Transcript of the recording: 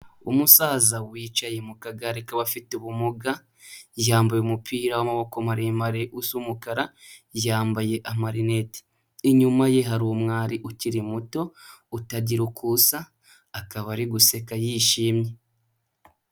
Umusaza wicaye mu kagare k'abafite ubumuga yambaye umupira w'amaboko maremare usa umukara, yambaye amalineti, inyuma ye hari umwari ukiri muto utagira uko asa, akaba ari guseka yishimye.